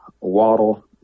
Waddle